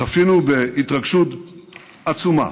צפינו בהתרגשות עצומה